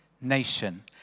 nation